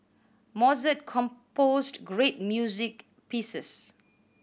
Mozart composed great music pieces